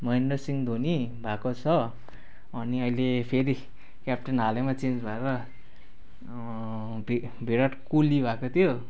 महेन्द्र सिँह धोनी भएको छ अनि अहिले फेरि क्याप्टन हालैमा चेन्ज भएर भि विराट कोली भएको थियो